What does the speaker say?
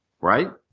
right